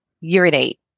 urinate